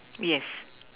yes